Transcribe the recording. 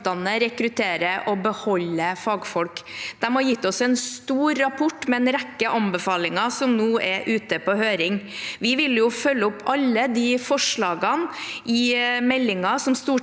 rekruttere og beholde fagfolk. Den har gitt oss en stor rapport med en rekke anbefalinger som nå er ute på høring. Vi vil følge opp alle de forslagene i meldinger som Stortinget